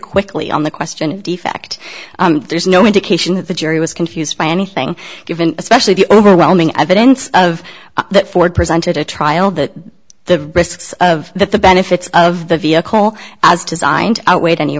quickly on the question of the fact there's no indication that the jury was confused by anything given especially the overwhelming evidence of that ford presented at trial that the risks of that the benefits of the vehicle as designed outweighed any